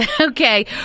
Okay